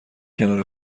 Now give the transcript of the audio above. کنار